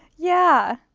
yeah.